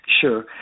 Sure